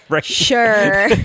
Sure